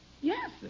Yes